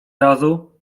razu